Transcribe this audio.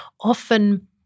often